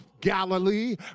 Galilee